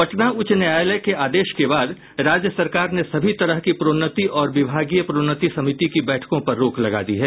पटना उच्च न्यायालय के आदेश के बाद राज्य सरकार ने सभी तरह की प्रोन्नति और विभागीय प्रोन्नति समिति की बैठकों पर रोक लगा दी है